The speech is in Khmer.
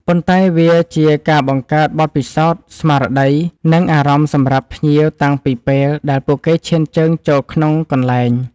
ប៉ុន្តែវាជាការបង្កើតបទពិសោធន៍ស្មារតី និងអារម្មណ៍សំរាប់ភ្ញៀវតាំងពីពេលដែលពួកគេឈានជើងចូលក្នុងកន្លែង។